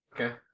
Okay